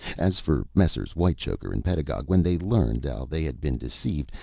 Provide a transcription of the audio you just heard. as for messrs. whitechoker and pedagog, when they learned how they had been deceived,